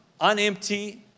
unempty